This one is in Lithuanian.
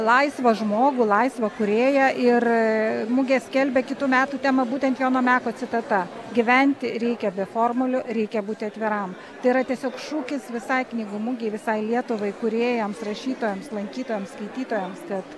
laisvą žmogų laisvą kūrėją ir mugė skelbia kitų metų temą būtent jono meko citata gyventi reikia be formulių reikia būti atviram tai yra tiesiog šūkis visai knygų mugei visai lietuvai kūrėjams rašytojams lankytojams skaitytojams kad